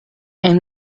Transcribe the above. and